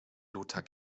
lothar